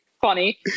funny